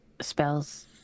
spells